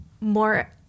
more